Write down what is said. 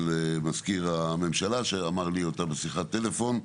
מזכיר הממשלה שאמר לי אותה בשיחת טלפון,